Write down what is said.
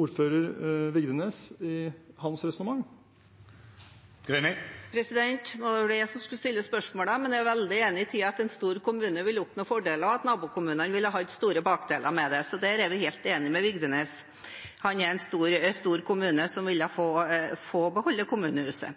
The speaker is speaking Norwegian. ordfører Vigdenes i hans resonnement? Det var vel jeg som skulle stille spørsmålene, men jeg er veldig enig i at en stor kommune vil oppnå fordeler, og at nabokommunene vil få store ulemper med det. Så der er vi helt enig med Vigdenes. Han er ordfører i en stor kommune, som ville fått beholde kommunehuset.